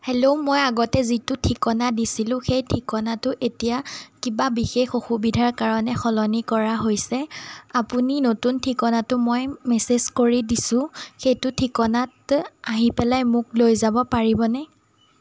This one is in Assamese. হেল্ল' মই আগতে যিটো ঠিকনা দিছিলোঁ সেই ঠিকনাটো এতিয়া কিবা বিশেষ অসুবিধাৰ কাৰণে সলনি কৰা হৈছে আপুনি নতুন ঠিকনাটো মই মেচেজ কৰি দিছোঁ সেইটো ঠিকনাত আহি পেলাই মোক লৈ যাব পাৰিবনে